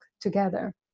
together